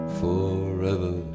forever